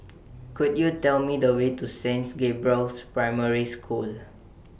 Could YOU Tell Me The Way to Saint Gabriel's Primary School